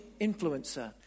influencer